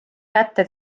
kätte